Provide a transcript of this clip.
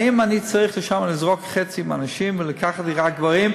האם אני צריך שם לזרוק חצי מהנשים ולקחת רק גברים,